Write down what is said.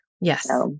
Yes